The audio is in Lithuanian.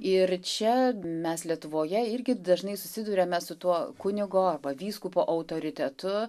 ir čia mes lietuvoje irgi dažnai susiduriame su tuo kunigo vyskupo autoritetu